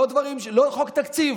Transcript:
לא חוק תקציב,